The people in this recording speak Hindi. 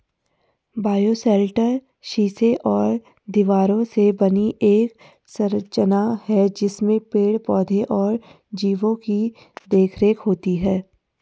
बायोशेल्टर शीशे और दीवारों से बनी एक संरचना है जिसमें पेड़ पौधे और जीवो की देखरेख होती है